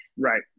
Right